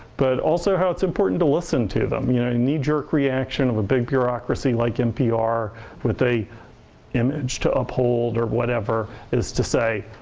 but also how it's important to listen to them. you know a knee jerk reaction of a big bureaucracy like npr with an image to uphold or whatever is to say,